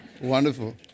Wonderful